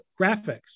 graphics